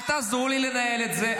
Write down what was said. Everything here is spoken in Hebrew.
אל תעזרו לי לנהל את זה.